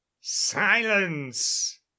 silence